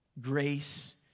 Grace